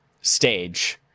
stage